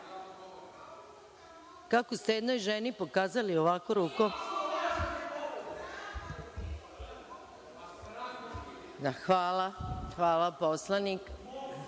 Kako ste jednoj ženi pokazali ovako rukom? Hvala. Poslanik